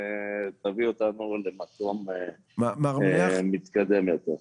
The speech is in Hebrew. תביא אותנו למקום מתקדם יותר.